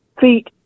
feet